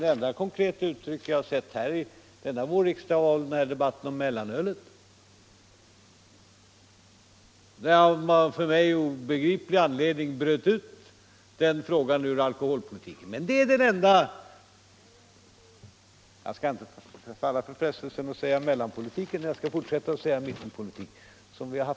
Den enda gång den kommit till ett konkret uttryck under denna vårriksdag var väl i frågan om mellanölet, som av för mig obegriplig anledning bröts ut ur alkoholpolitiken. Det är det enda uttryck som mittenpolitiken — jag skall inte falla för frestelsen att säga mellanpolitiken — har tagit sig i vår.